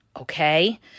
okay